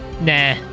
Nah